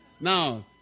Now